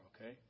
okay